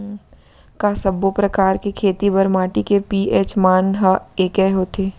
का सब्बो प्रकार के खेती बर माटी के पी.एच मान ह एकै होथे?